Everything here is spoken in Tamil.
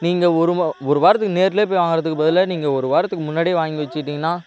நீங்கள் ஒரு ஒரு வாரத்துக்கு நேர்லேயே வாங்குகிறதுக்கு பதிலாக நீங்கள் ஒரு வாரத்துக்கு முன்னாடியே வாங்கி வெச்சிக்கிட்டீங்கன்னா